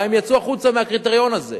הם יצאו החוצה מהקריטריון הזה.